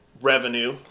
revenue